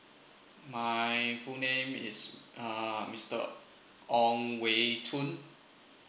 my full name is uh mister ong wei toon